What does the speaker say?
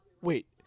Wait